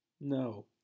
No